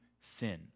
sin